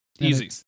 Easy